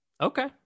Okay